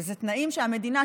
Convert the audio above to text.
ואלה תנאים שהמדינה,